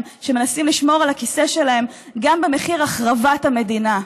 שמנסים לשמור על הכיסא שלהם גם במחיר החרבת המדינה.